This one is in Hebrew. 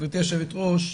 גברתי היושבת ראש,